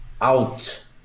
out